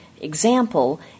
example